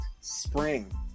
spring